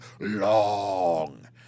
long